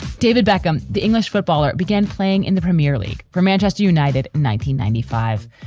david beckham. the english footballer began playing in the premier league for manchester united. nineteen ninety five.